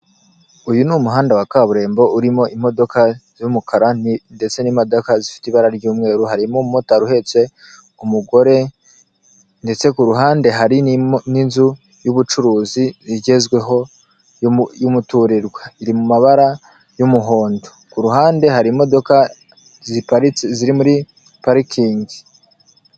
Uyu ni umuhanda wa kaburimbo urimo imodoka z'umukara ndetse n'imodoka zifite ibara ry'umweru, harimo umumotari uhetse umugore ndetse ku ruhande hari n'inzu y'ubucuruzi igezweho y'umuturirwa, iri mu mabara y'umuhondo. Ku ruhande hari imodoka ziparitse ziri muri parikingi.